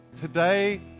today